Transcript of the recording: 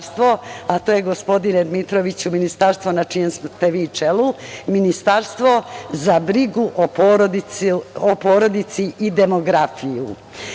a to je, gospodine Dmitroviću, Ministarstvo na čijem ste čelu – Ministarstvo za brigu o porodici i demografiju. Pad